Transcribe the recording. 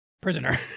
prisoner